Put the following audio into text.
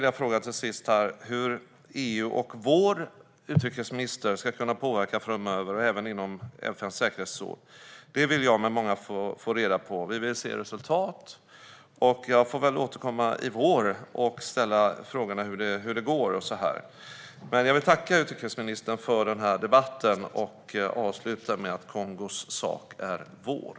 Jag vill till sist fråga hur EU och vår utrikesminister ska kunna påverka framöver, även inom FN:s säkerhetsråd. Det vill jag, med många andra, få reda på. Vi vill se resultat. Jag får väl återkomma i vår och fråga hur det går. Jag vill tacka utrikesministern för den här debatten och avsluta med att säga: Kongos sak är vår.